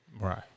Right